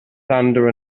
thunder